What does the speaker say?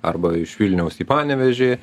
arba iš vilniaus į panevėžį